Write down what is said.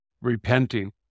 repenting